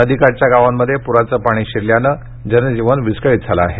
नदीकाठच्या गावांमध्ये पुराचे पाणी शिरल्याने जनजीवन विस्कळीत झाले आहे